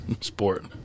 sport